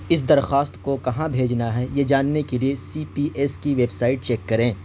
اس درخواست کو کہاں بھیجنا ہے یہ جاننے کے لیے سی پی ایس کی ویب سائٹ چیک کریں